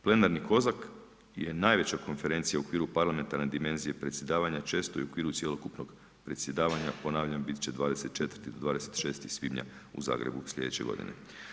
Plenarni COSAC je najveća konferencija u okviru parlamentarne dimenzije predsjedavanja često i u okviru cjelokupnog predsjedavanja ponavljam biti će 24. ili 26. svibnja u Zagrebu sljedeće godine.